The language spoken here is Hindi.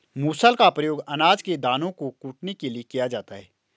मूसल का प्रयोग अनाज के दानों को कूटने के लिए किया जाता है